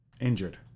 injured